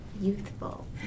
Youthful